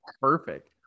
perfect